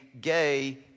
gay